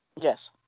Yes